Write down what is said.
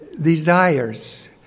desires